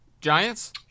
giants